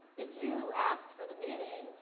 if you ask for the meeting,